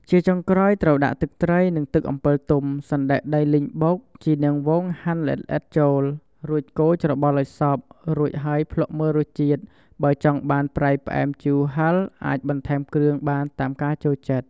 ជាចុងក្រោយ ត្រូវដាក់ ទឹកត្រី និង ទឹកអំពិលទុំ សណ្ដែកដីលីងបុក ជីនាងវងហាន់ល្អិតៗចូល រួចកូរច្របល់ឱ្យសព្វ រូចហើយភ្លក្សមើលរសជាតិ បើចង់បានប្រៃ ផ្អែម ជូរ ហឹរ អាចបន្ថែមគ្រឿងបានតាមការចូលចិត្ត។